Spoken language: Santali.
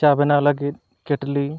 ᱪᱟ ᱵᱮᱱᱟᱣ ᱞᱟᱹᱜᱤᱫ ᱠᱮᱴᱞᱤ